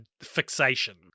fixation